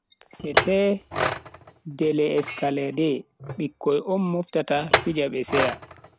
fete de l escalede, bikkoi on moftata fija be seya.